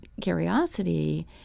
curiosity